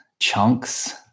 chunks